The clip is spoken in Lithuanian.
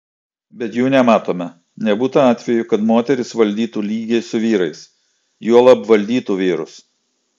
bet jų nematome nebūta atvejų kad moterys valdytų lygiai su vyrais juolab valdytų vyrus